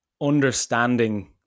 understanding